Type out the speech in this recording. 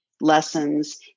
lessons